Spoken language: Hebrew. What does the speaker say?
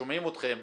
שומעים אתכם.